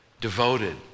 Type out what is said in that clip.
devoted